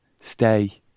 stay